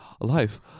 life